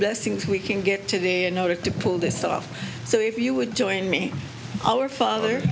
best things we can get today in order to pull this off so if you would join me our father